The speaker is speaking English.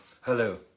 Hello